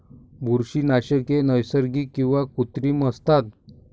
बुरशीनाशके नैसर्गिक किंवा कृत्रिम असतात